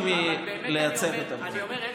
אני קטונתי, קטונתי מלייצג אותם כאן.